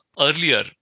earlier